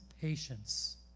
patience